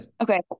Okay